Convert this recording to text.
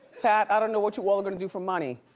pat, i don't know what you all are gonna do for money.